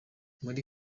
muri